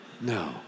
No